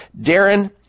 Darren